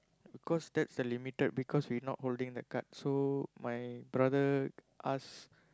because that's the limited because we not holding the card so my brother ask